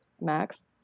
max